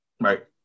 Right